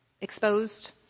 exposed